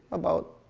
about